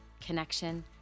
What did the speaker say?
connection